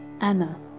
Anna